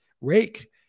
rake